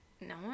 No